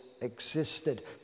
existed